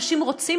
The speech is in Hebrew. אנשים רוצים,